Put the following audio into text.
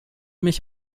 mich